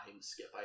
skip